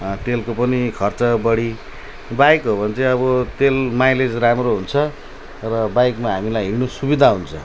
तेलको पनि खर्च बढी बाइक हो भने चाहिँ अब तेल माइलेज राम्रो हुन्छ र बाइकमा हामीलाई हिँड्नु सुविधा हुन्छ